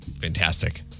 Fantastic